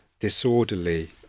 disorderly